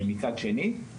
מצד שני.